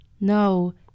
no